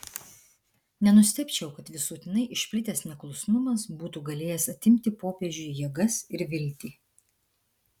nenustebčiau kad visuotinai išplitęs neklusnumas būtų galėjęs atimti popiežiui jėgas ir viltį